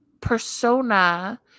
persona